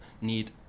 need